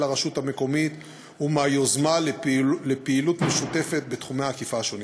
לרשות המקומית ומהיוזמה לפעילות משותפות בתחומי האכיפה השונים.